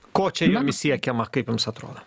ko čia jomis siekiama kaip jums atrodo